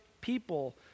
people